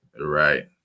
right